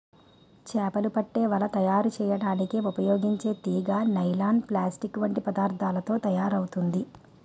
చేపలు పట్టే వల తయారు చేయడానికి ఉపయోగించే తీగ నైలాన్, ప్లాస్టిక్ వంటి పదార్థాలతో తయారవుతుంది